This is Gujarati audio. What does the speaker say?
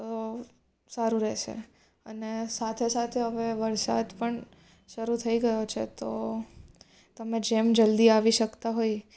તો સારું રહેશે અને સાથે સાથે હવે વરસાદ પણ શરૂ થઈ ગયો છે તો તમે જેમ જલ્દી આવી શકતા હોય